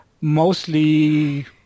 mostly